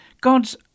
God's